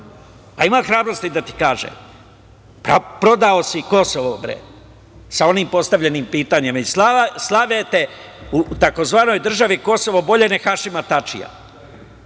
i imam hrabrosti da ti kažem - prodao si Kosovo sa onim postavljenim pitanjem i slave te u tzv. državi Kosovo bolje nego Hašima Tačija. Je